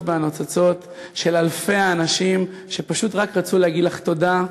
והנוצצות של אלפי האנשים שפשוט רק רצו להגיד לך תודה,